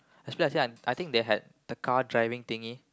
especially I think they had the car driving thingy